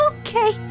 Okay